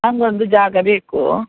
ನನಗೊಂದು ಜಾಗ ಬೇಕು